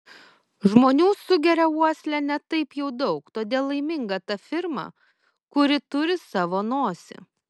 žmonių sugeria uosle ne taip jau daug todėl laiminga ta firma kuri turi savo nosį